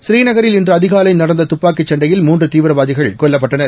ழீநகரில் இன்று அதிகாலை டீங்துப்பாக்கிச் சண்டையில் மூன்று தீவிரவாதிகள் கொல்லப்பட்டனர்